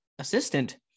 assistant